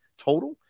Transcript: total